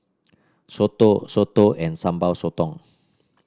soto soto and Sambal Sotong